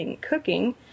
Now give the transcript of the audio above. cooking